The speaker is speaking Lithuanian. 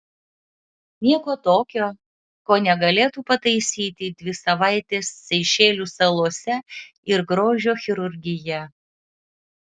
nieko tokio ko negalėtų pataisyti dvi savaitės seišelių salose ir grožio chirurgija